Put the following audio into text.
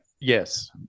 Yes